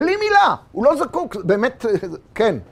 בלי מילה, הוא לא זקוק, באמת ל.. כן.